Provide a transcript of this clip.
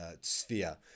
sphere